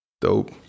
Dope